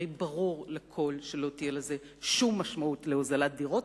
הרי ברור לכול שלא תהיה לזה שום משמעות של הוזלת דירות,